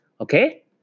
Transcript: Okay